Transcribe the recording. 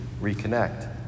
reconnect